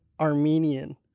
Armenian